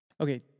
Okay